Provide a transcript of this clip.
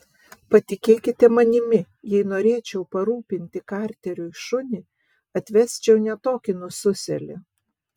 patikėkite manimi jei norėčiau parūpinti karteriui šunį atvesčiau ne tokį nususėlį